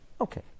Okay